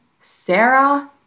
Sarah